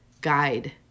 guide